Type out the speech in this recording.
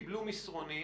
שקיבלו מסרונים